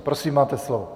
Prosím, máte slovo.